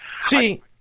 See